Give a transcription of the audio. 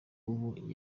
ubu